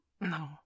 No